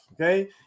okay